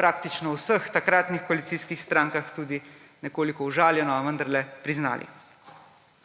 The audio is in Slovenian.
praktično v vseh takratnih koalicijskih strankah tudi nekoliko užaljeno, a vendarle priznali.